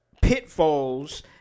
pitfalls